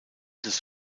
des